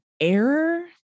error